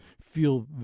feel